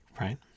Right